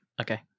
Okay